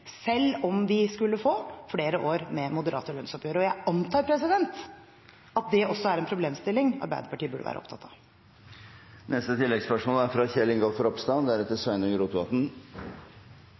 selv om vi skulle få flere år med moderate lønnsoppgjør. Jeg antar at det også er en problemstilling Arbeiderpartiet burde være opptatt av.